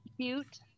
cute